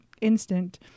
instant